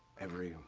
every,